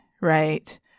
right